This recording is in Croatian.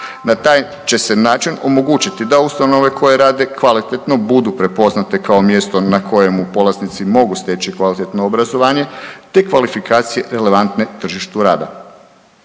Na taj će se način omogućiti da ustanove koje rade kvalitetno budu prepoznate kao mjesto na kojemu polaznici mogu steći kvalitetno obrazovanje te kvalifikacije relevantne tržištu rada.